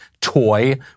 toy